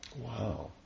Wow